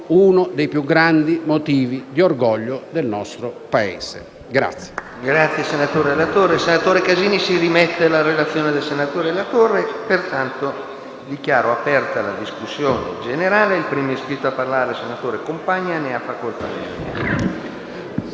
uno dei più grandi motivi di orgoglio del nostro Paese.